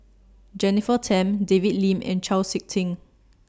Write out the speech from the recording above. Jennifer Tham David Lim and Chau Sik Ting